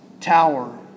tower